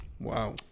Wow